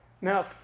Now